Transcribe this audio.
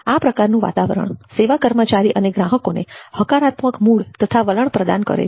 આ પ્રકારનું વાતાવરણ સેવા કર્મચારી તથા ગ્રાહકોને હકારાત્મક મૂડ તથા વલણ પ્રદાન કરે છે